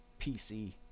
PC